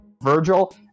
Virgil